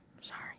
Sorry